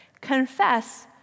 confess